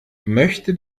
möchte